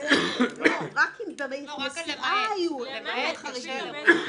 רק אם בנסיעה יהיו דברים חריגים.